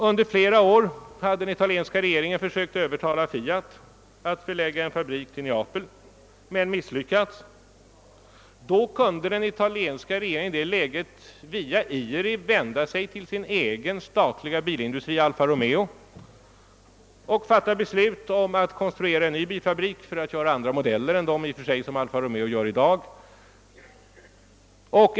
Under flera år hade den italienska regeringen försökt övertala Fiat att förlägga en fabrik till Neapel men misslyckats. Den italienska regeringen kunde i det läget via IRI vända sig till sin egen bilindustri Alfa-Romeo och fatta beslut om att bygga en ny bilfabrik för att göra andra modeller än dem Alfa Romeo tillverkar i dag.